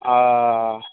ओ